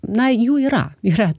na jų yra yra